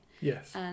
Yes